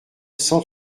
cent